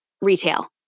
retail